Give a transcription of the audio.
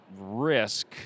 risk